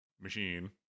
machine